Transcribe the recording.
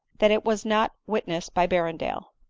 that it was not witnessed by berrendale.